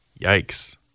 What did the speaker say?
Yikes